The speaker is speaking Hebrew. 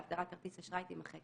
ההגדרה "כרטיס אשראי" תימחק,